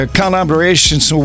collaborations